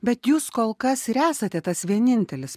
bet jūs kol kas ir esate tas vienintelis